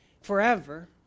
forever